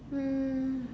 um